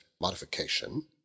modification